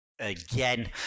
again